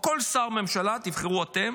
או כל שר בממשלה, תבחרו אתם,